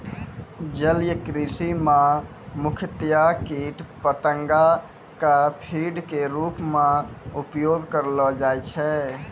जलीय कृषि मॅ मुख्यतया कीट पतंगा कॅ फीड के रूप मॅ उपयोग करलो जाय छै